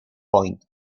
point